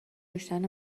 کشتن